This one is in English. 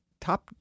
Top